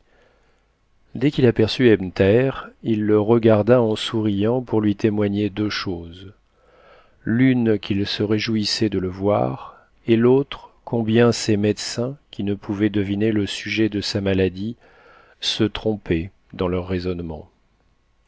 dès qu'il aperçut ebn thaher il le regarda en souriant pour lui témoigner deux choses l'une qu'il se réjouissait de le voir et l'autre combien ses médecins qui ne pouvaient deviner le sujet de sa maladie se trompaient dans leurs raisonnements